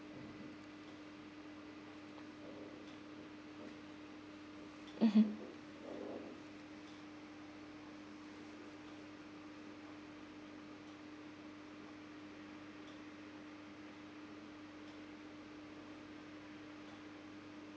mmhmm